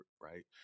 right